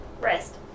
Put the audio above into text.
rest